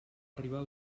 arribar